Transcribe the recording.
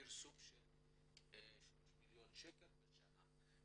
פרסום של שלושה מיליון שקל בשנה.